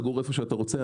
לגור היכן שאתה רוצה,